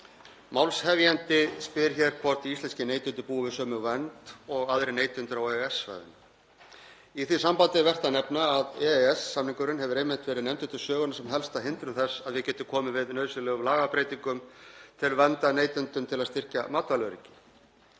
Málshefjandi spyr hér hvort íslenskir neytendur búi við sömu vernd og aðrir neytendur á EES-svæðinu. Í því sambandi er vert að nefna að EES-samningurinn hefur einmitt verið nefndur til sögunnar sem helsta hindrun þess að við getum komið við nauðsynlegum lagabreytingum til verndar neytendum til að styrkja matvælaöryggi,